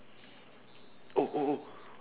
oh or or